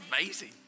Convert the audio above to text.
amazing